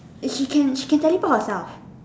and she can she can teleport herself